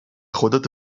خودت